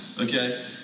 Okay